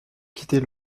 quitter